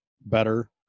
better